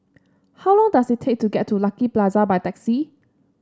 how long does it take to get to Lucky Plaza by taxi